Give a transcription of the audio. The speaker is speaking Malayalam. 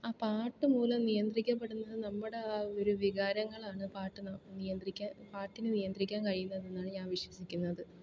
ആ പാട്ട് മൂലം നിയന്ത്രിക്കപ്പെടുന്നത് നമ്മുടെ ആ ഒരു വികാരങ്ങളാണ് പാട്ട് പാട്ടിന് നിയന്ത്രിക്കാൻ കഴിയുന്നത് എന്നാണ് ഞാൻ വിശ്വസിക്കുന്നത്